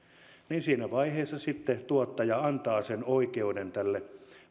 tuottaja sitten antaa sen oikeuden tälle